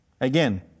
Again